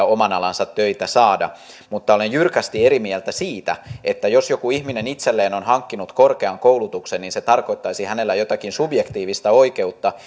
oman alansa töitä saada mutta olen jyrkästi eri mieltä siitä että jos joku ihminen itselleen on hankkinut korkean koulutuksen niin se tarkoittaisi hänelle jotakin subjektiivista oikeutta